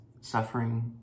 suffering